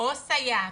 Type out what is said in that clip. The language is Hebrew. או סייעת,